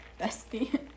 Bestie